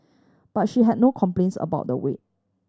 but she had no complaints about the wait